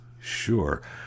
sure